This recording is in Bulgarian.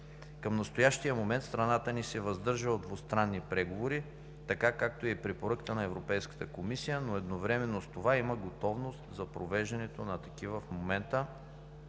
Към настоящия момент страната ни се въздържа от двустранни преговори, така както е и препоръката на Европейската комисия, но едновременно с това има готовност за провеждането на такива в момента,